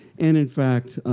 and, in fact,